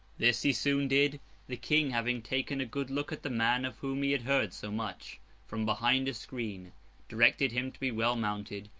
this he soon did the king having taken a good look at the man of whom he had heard so much from behind a screen directed him to be well mounted,